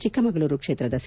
ಚಿಕ್ಕಮಗಳೂರು ಕ್ಷೇತ್ರದ ಸಿ